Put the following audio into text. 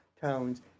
towns